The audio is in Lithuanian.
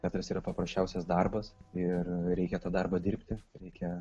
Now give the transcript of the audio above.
teatras yra paprasčiausias darbas ir reikia tą darbą dirbti reikia